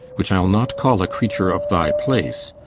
which i'll not call a creature of thy place,